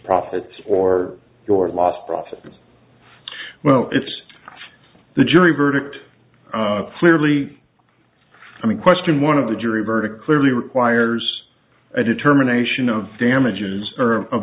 profits or your lost profits well if the jury verdict clearly i mean question one of the jury verdict clearly requires a determination of damages or of